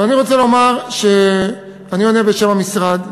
אני עונה בשם המשרד,